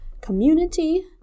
Community